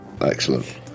excellent